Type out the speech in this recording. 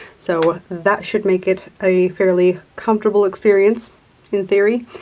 so that should make it a fairly comfortable experience in theory.